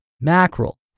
mackerel